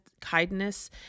kindness